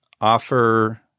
offer